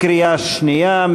קריאה שנייה.